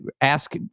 ask